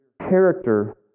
character